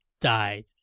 died